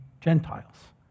Gentiles